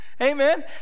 amen